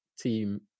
team